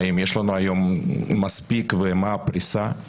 האם יש לנו מספיק ומה הפריסה.